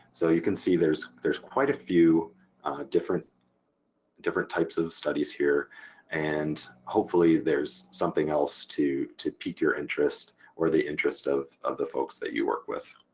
so you can see there's there's quite a few different different types of studies here and hopefully there's something else to to pique your interest or the interest of of the folks that you work with.